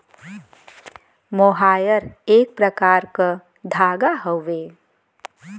मोहायर एक प्रकार क धागा हउवे